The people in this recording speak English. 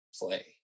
play